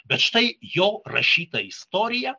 bet štai jo rašyta istorija